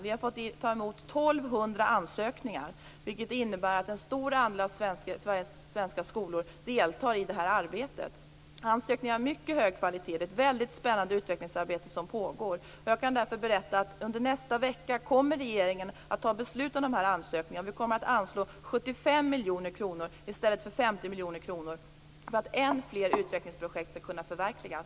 Vi har fått ta emot 1 200 ansökningar, vilket innebär att en stor andel svenska skolor deltar i det här arbetet. Ansökningarna är av mycket hög kvalitet. Det är ett mycket spännande utvecklingsarbete som pågår. Jag kan därför berätta att under nästa vecka kommer regeringen att fatta beslut om de här ansökningarna. Vi kommer att anslå 75 miljoner kronor i stället för 50 miljoner kronor för att än fler utvecklingsprojekt skall kunna förverkligas.